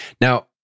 Now